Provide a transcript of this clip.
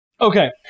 Okay